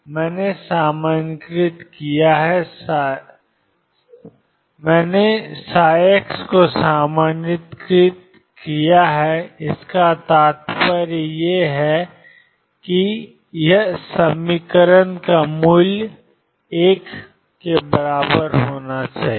मैंने सामान्यीकृत किया है ψ का तात्पर्य ∞ dx ψ21 है